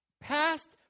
past